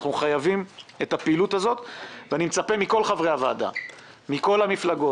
אנחנו חייבים את הפעילות הזאת ואני מצפה מכל חברי הוועדה מכל המפלגות